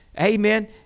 amen